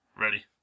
Ready